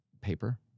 Paper